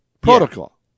Protocol